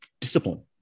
discipline